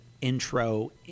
intro